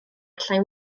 allai